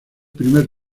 primer